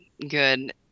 good